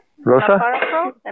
Rosa